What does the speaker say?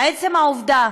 עצם העובדה